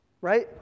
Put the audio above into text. right